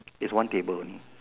is one table only